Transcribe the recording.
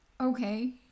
Okay